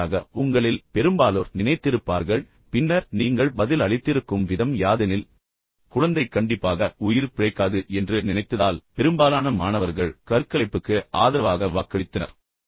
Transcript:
வெளிப்படையாக உங்களில் பெரும்பாலோர் நினைத்திருப்பார்கள் பின்னர் நீங்கள் பதில் அளித்திருக்கும் விதம் யாதெனில் குழந்தை கண்டிப்பாக உயிர் பிழைக்காது என்று நினைத்ததால் பெரும்பாலான மாணவர்கள் கருக்கலைப்புக்கு ஆதரவாக வாக்களித்தனர்